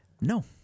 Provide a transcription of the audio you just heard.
No